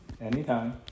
Anytime